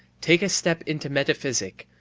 take a step into metaphysic,